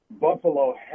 Buffalo